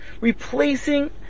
replacing